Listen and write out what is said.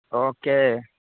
okay